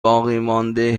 باقیمانده